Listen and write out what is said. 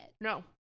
No